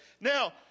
Now